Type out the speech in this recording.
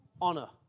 Honor